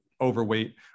overweight